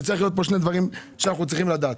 שצריך להיות פה שני דברים שאנחנו צריכים לדעת.